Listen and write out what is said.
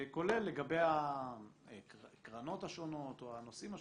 כולל לגבי הקרנות השונות או הנושאים השונים,